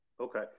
Okay